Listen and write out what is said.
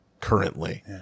currently